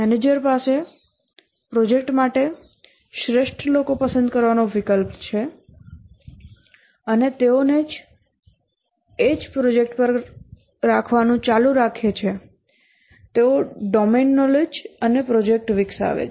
manager પાસે project માટે શ્રેષ્ઠ લોકો પસંદ કરવાનો વિકલ્પ છે અને તેઓને એ જ પ્રોજેક્ટ પર રાખવાનું ચાલુ રાખે છે તેઓ ડોમેન નૉલેજ અને પ્રોજેક્ટ વિકસાવે છે